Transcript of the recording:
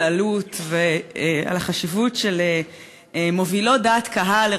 אלו"ט ועל החשיבות של מובילות דעת קהל,